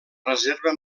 reserva